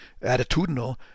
attitudinal